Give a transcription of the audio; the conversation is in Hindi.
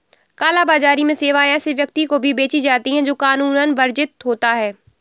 काला बाजारी में सेवाएं ऐसे व्यक्ति को भी बेची जाती है, जो कानूनन वर्जित होता हो